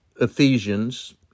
Ephesians